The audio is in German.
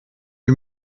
wie